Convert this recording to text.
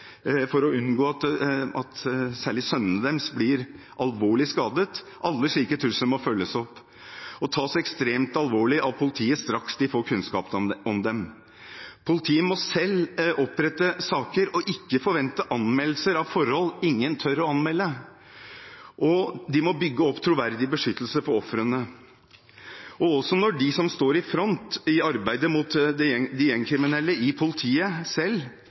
for å unngå at særlig sønnene deres blir alvorlig skadet – må følges opp og tas ekstremt alvorlig av politiet straks de får kunnskap om dem. Politiet må selv opprette saker og ikke forvente anmeldelser av forhold ingen tør å anmelde, og de må bygge opp troverdig beskyttelse for ofrene. Også når de som står i front – i politiet selv, i kriminalomsorgen, i domstolene og så videre – i